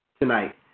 tonight